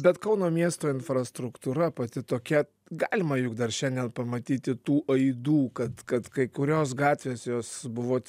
bet kauno miesto infrastruktūra pati tokia galima juk dar šiandien pamatyti tų laidų kad kad kai kurios gatvės jos buvo